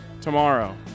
tomorrow